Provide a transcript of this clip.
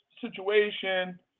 situation